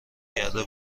کرده